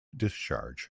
discharge